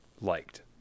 liked